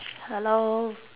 hello